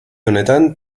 honetan